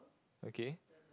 okay